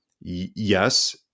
yes